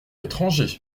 étranger